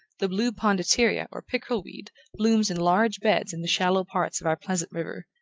the blue pontederia or pickerel-weed blooms in large beds in the shallow parts of our pleasant river,